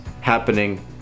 happening